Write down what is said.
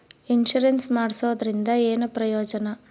Insurance ಮಾಡ್ಸೋದರಿಂದ ಏನು ಪ್ರಯೋಜನ?